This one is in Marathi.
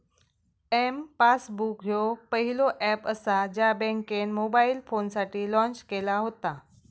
एम पासबुक ह्यो पहिलो ऍप असा ज्या बँकेन मोबाईल फोनसाठी लॉन्च केला व्हता